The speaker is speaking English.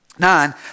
Nine